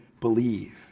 believe